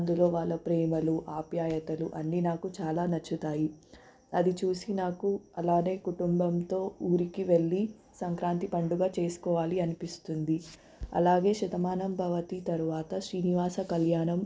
అందులో వాళ్ళ ప్రేమలు ఆప్యాయతలు అన్నీ నాకు చాలా నచ్చుతాయి అది చూసి నాకు అలానే కుటుంబంతో ఊరికి వెళ్ళి సంక్రాంతి పండుగ చేసుకోవాలి అనిపిస్తుంది అలాగే శతమానం భవతి తరువాత శ్రీనివాస కళ్యాణం